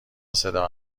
صدا